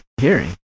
hearing